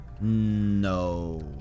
No